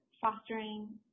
fostering